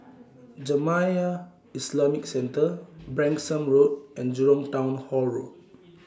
Jamiyah Islamic Centre Branksome Road and Jurong Town Hall Road